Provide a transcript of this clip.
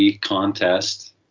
contest